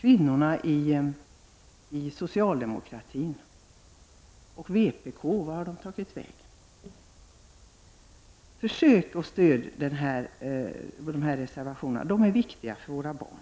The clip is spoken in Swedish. Vart har de socialdemokratiska kvinnorna tagit vägen? Och vart har kvinnorna inom vänsterpartiet tagit vägen? Jag ber er att stödja dessa reservationer, de är viktiga för våra barn.